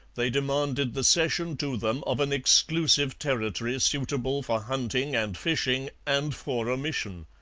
they demanded the cession to them of an exclusive territory suitable for hunting and fishing and for a mission.